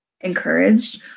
encouraged